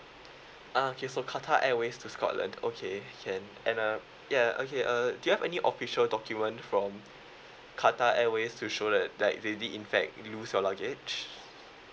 okay so qatar airways to scotland okay can and uh ya okay uh do you have any official document from qatar airways to show that like they did in fact you lose your luggage